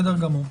בסדר גמור.